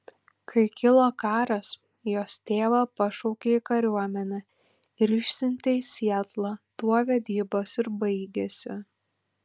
kai kilo karas jos tėvą pašaukė į kariuomenę ir išsiuntė į sietlą tuo vedybos ir baigėsi